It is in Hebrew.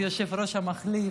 היושב-ראש המחליף,